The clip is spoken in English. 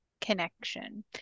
Connection